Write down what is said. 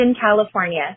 California